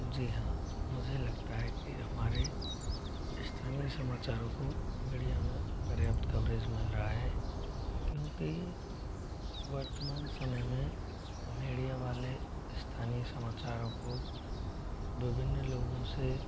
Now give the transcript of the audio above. जी हाँ मुझे लगता है कि हमारे स्थानीय समाचारों को मीडिया में पर्याप्त कवरेज मिल रहा है क्योंकि वर्तमान समय में मीडिया वाले स्थानीय समाचारों को विभिन्न लोगों से